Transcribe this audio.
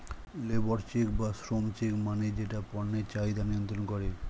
labour check বা শ্রম check মানে যেটা পণ্যের চাহিদা নিয়ন্ত্রন করে